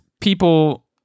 people